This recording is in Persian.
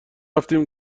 رفتیم